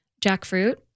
jackfruit